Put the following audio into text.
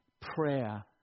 prayer